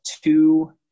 two